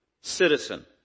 citizen